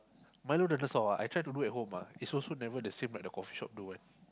milo dinosaur ah I try to do at home ah is also not the same as the coffee shop do [one]